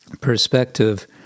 perspective